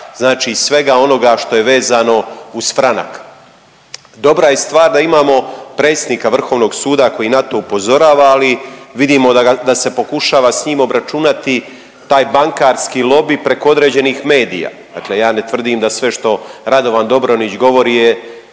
znači svega onoga što je vezano uz franak. Dobra je stvar da imamo predsjednik Vrhovnog suda koji na to upozorava, ali vidimo da se pokušava s njim obračunati taj bankarski lobij preko određenih medija. Dakle, ja ne tvrdim da sve što Radovan Dobronić govori je